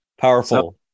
Powerful